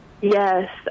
Yes